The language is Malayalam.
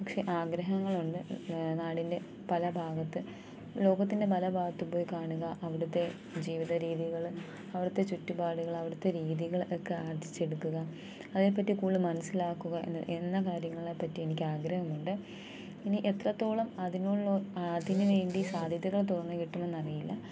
പക്ഷേ ആഗ്രഹങ്ങളുണ്ട് നാടിൻ്റെ പല ഭാഗത്ത് ലോകത്തിൻ്റെ പല ഭാഗത്തും പോയി കാണുക അവിടുത്തെ ജീവിത രീതികൾ അവിടുത്തെ ചുറ്റുപാടുകൾ അവിടുത്തെ രീതികൾ ഒക്കെ ആർജ്ജിച്ചെടുക്കുക അതിനെ പറ്റി കൂടുതൽ മനസിലാക്കുക എന്ന കാര്യങ്ങളെ പറ്റി എനിക്ക് ആഗ്രഹമുണ്ട് ഇനി എത്രത്തോളം അതിനുള്ളെ അതിന് വേണ്ടി സാദ്ധ്യതകൾ തുറന്ന് കിട്ടുമെന്ന് അറിയില്ല